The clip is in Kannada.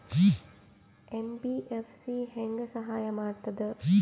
ಎಂ.ಬಿ.ಎಫ್.ಸಿ ಹೆಂಗ್ ಸಹಾಯ ಮಾಡ್ತದ?